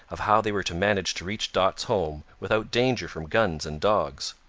of how they were to manage to reach dot's home without danger from guns and dogs.